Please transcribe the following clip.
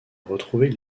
retrouver